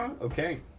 Okay